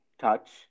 touch